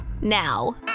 now